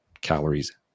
calories